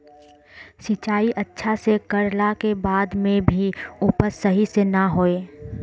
सिंचाई अच्छा से कर ला के बाद में भी उपज सही से ना होय?